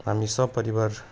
हामी सपरिवार